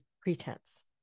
pretense